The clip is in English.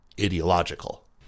Ideological